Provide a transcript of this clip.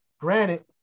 Granted